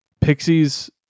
Pixie's